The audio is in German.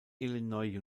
illinois